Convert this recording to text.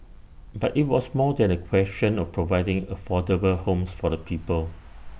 but IT was more than A question of providing affordable homes for the people